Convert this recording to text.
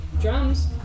drums